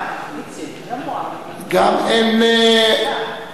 גם איציק פה.